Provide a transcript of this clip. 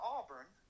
Auburn